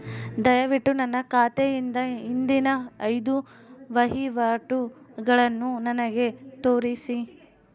ದಯವಿಟ್ಟು ನನ್ನ ಖಾತೆಯಿಂದ ಹಿಂದಿನ ಐದು ವಹಿವಾಟುಗಳನ್ನು ನನಗೆ ತೋರಿಸಿ